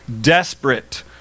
desperate